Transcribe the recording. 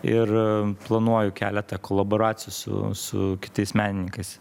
ir planuoju keletą kolaboracijų su su kitais menininkais